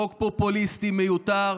חוק פופוליסטי, מיותר,